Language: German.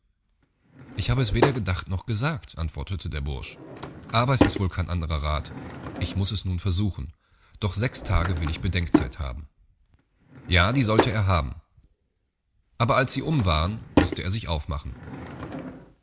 ich habe es weder gedacht noch gesagt antwortete der bursch aber es ist wohl kein andrer rath ich muß es nur versuchen doch sechs tage will ich bedenkzeit haben ja die sollte er haben aber als sie um waren mußte er sich aufmachen